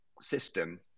system